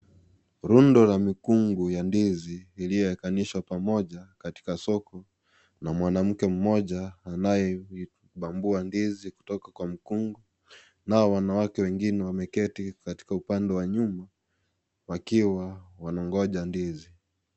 Rundo la mikungu ya ndizi iliyowekanishwa pamoja katika soko na mwanamke mmoja anayebambua ndizi kutoka kwa mkungu. Nao wanawake wengine wameketi katika upande wa nyuma wakiwa wanangoja ndizi.